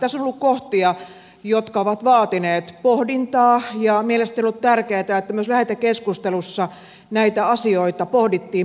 tässä on ollut kohtia jotka ovat vaatineet pohdintaa ja mielestäni on ollut tärkeätä että myös lähetekeskustelussa näitä asioita pohdittiin perusteellisesti